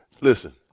Listen